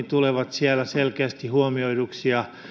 tulevat siellä selkeästi huomioiduiksi ja